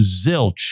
zilch